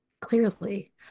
Clearly